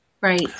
Right